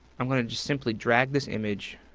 i'm gonna just simply drag this image.